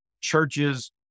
churches